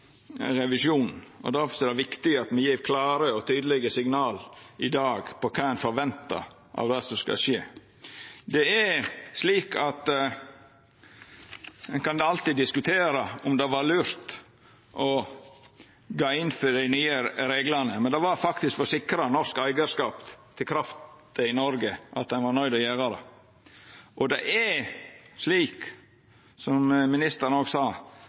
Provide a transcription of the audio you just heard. revisjonen, og difor er det viktig at me gjev klare og tydelege signal i dag om kva ein forventar av det som skal skje. Ein kan alltid diskutera om det var lurt å gå inn for dei nye reglane, men det var faktisk for å sikra norsk eigarskap til krafta i Noreg at ein var nøydde til å gjera det. Og det er slik, som ministeren òg sa,